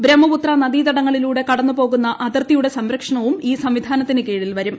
ബ്രഹ്മപുത്ര നദിതടങ്ങളിലൂടെ കടസ്സുപ്പോകുന്ന അതിർത്തിയുടെ സംരക്ഷണവും ഈ സം്വിധാനത്തിനു കീഴിൽ വരും